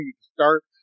start